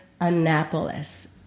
Annapolis